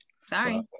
sorry